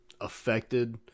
affected